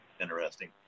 interesting